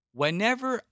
whenever